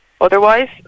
otherwise